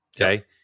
okay